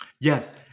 Yes